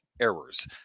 errors